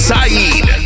Saeed